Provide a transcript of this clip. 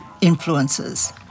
influences